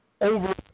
over